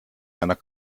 meiner